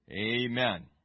Amen